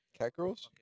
Catgirls